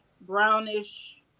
brownish